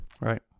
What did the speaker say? Right